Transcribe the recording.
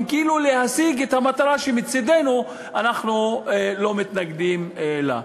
כאילו להשיג את המטרה שמצדנו אנחנו לא מתנגדים לה?